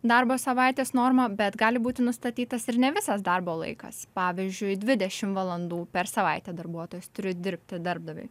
darbo savaitės norma bet gali būti nustatytas ir ne visas darbo laikas pavyzdžiui dvidešim valandų per savaitę darbuotojas turi dirbti darbdaviui